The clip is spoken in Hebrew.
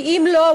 כי אם לא,